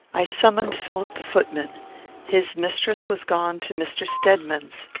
i summoned philip the footman his mistress was gone to mr. stedman's.